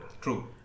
True